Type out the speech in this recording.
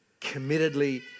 committedly